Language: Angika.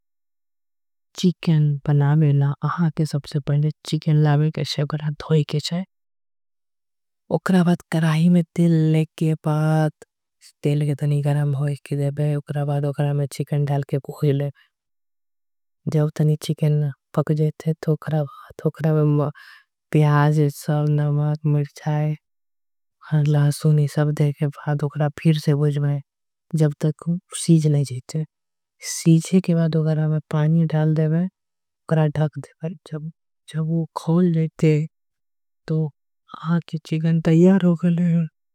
चीकन पनावे ना अहां के सबसे पड़े चीकन लावे के शेव करा। धोई के चाए उक्रा बाद कराही में दिल लेके बाद दिल के तनी। गरम होई की देबे उक्रा बाद उक्रा में चीकन ड़ल के पूजले। जब तनी चीकन पक जेते तो उक्रा बाद उक्रा। में प्याज, साव, नमाद, मिर्चाए, लासूनी सब देखे बाद। उक्रा पीर से बुज़में जब तक सीज नहीं जीते सीजे के बाद। उक्रा में पानी ढाल देवे उक्रा ढख देवे। जब वो खोल लेते तो आज चीकन तईयार हो गए।